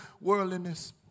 worldliness